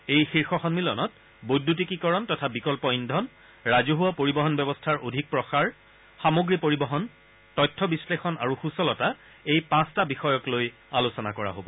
এই শীৰ্ষ সন্মিলনত বৈদ্যুতিকীকৰণ তথা বিকল্প ইন্ধন ৰাজহুৱা পৰিবহণ ব্যৱস্থাৰ অধিক প্ৰসাৰ সামগ্ৰী পৰিবহণ তথ্য বিশ্লেষণ আৰু সূচলতা এই পাঁচটা বিষয়ক লৈ আলোচনা কৰা হ'ব